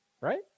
right